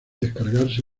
descargarse